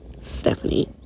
stephanie